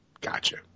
Gotcha